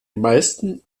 meisten